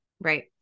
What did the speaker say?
Right